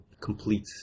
complete